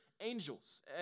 angels